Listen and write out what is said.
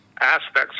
aspects